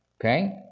okay